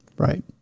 Right